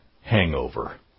hangover